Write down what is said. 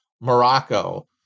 Morocco